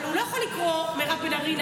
אבל הוא לא יכול לקרוא מירב בן ארי,